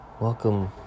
welcome